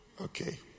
okay